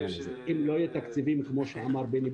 גנים מוסיקליים ואנחנו עכשיו משתתפים בקול קורא של מרכז